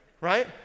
right